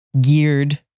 geared